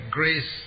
grace